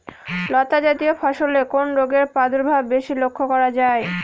লতাজাতীয় ফসলে কোন রোগের প্রাদুর্ভাব বেশি লক্ষ্য করা যায়?